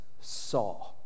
saw